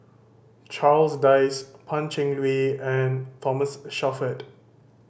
Charles Dyce Pan Cheng Lui and Thomas Shelford